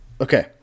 okay